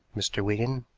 mr. wigan?